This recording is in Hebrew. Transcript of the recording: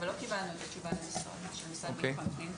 אבל לא קיבלנו עד הסוף את התשובה של המשרד לבטחון פנים.